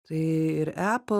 tai ir apple